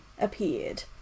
appeared